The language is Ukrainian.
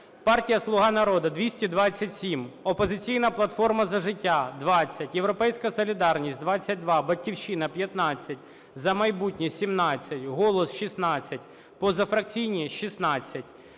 партія "Слуга народу" – 227, "Опозиційна платформа – За життя" – 20, "Європейська солідарність" – 22, "Батьківщина" – 15, "За майбутнє" – 17, "Голос" – 16, позафракційні – 16.